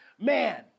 man